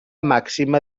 màxima